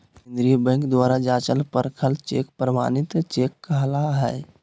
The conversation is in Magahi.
केंद्रीय बैंक द्वारा जाँचल परखल चेक प्रमाणित चेक कहला हइ